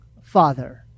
father